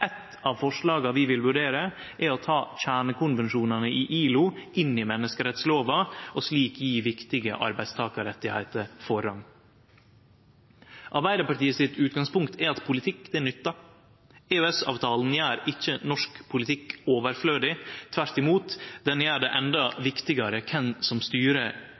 Eitt av forslaga vi vil vurdere, er å ta kjernekonvensjonane i ILO inn i menneskerettslova og slik gje viktige arbeidstakarrettar forrang. Arbeidarpartiets utgangspunkt er at politikk nyttar. EØS-avtala gjer ikkje norsk politikk overflødig. Tvert imot: Ho gjer det endå viktigare kven som styrer